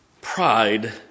Pride